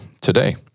today